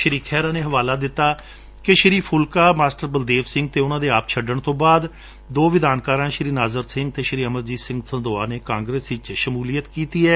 ਸ਼ੀ ਖੇਹਰਾ ਨੇ ਹਵਾਲਾ ਦਿੱਤਾ ਕਿ ਸ਼ੀ ਫੁਲਕਾ ਮਾਸਟਰ ਬਲਦੇਵ ਸਿੰਘ ਅਤੇ ਉਨੂਾਂ ਨੇ ਆਪ ਛੱਡਣ ਤੋ ਬਾਅਦ ਦੇ ਵਿਧਾਨਕਾਰਾਂ ਸ਼ੀ ਨਾਜਰ ਸਿੰਘ ਅਤੇ ਸ਼ੀ ਅਮਰਜੀਤ ਸਿੰਘ ਸੰਢੋਆ ਨੇ ਕਾਂਗਰਸ ਵਿੱਚ ਸ਼ਮੂਲੀਅਤ ਕਰ ਲਈ ਹੈ